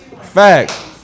Fact